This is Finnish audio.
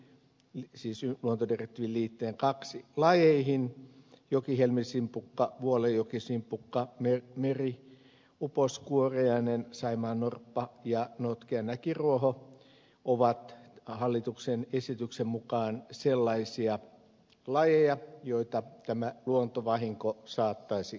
miksi se on kerätty liitteen kaksi lajeihin jokihelmisimpukka vuollejokisimpukka meriuposkuoriainen saimaannorppa ja notkea näkinruoho ovat hallituksen esityksen mukaan sellaisia lajeja joita tämä luontovahinko saattaisi koskea